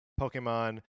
Pokemon